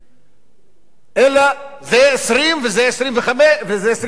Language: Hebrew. אלא זה 20% וזה 25% וזה 30%,